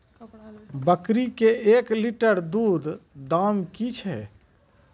बकरी के एक लिटर दूध दाम कि छ?